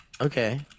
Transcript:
Okay